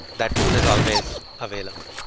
that pool is always available.